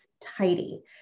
tidy